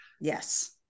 Yes